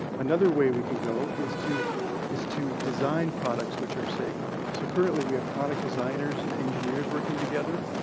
another way we can go is to is to design products which are safer. so currently we have product designers and engineers working together,